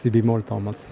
Sibimol Thomas